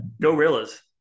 gorillas